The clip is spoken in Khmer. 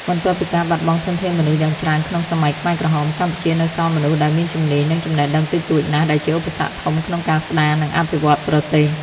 បន្ទាប់ពីការបាត់បង់ធនធានមនុស្សយ៉ាងច្រើនក្នុងសម័យខ្មែរក្រហម កម្ពុជានៅសល់មនុស្សដែលមានជំនាញ និងចំណេះដឹងតិចតួចណាស់ ដែលជាឧបសគ្គធំក្នុងការស្ដារ និងអភិវឌ្ឍប្រទេស។